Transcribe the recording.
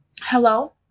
Hello